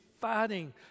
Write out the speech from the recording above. fighting